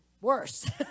worse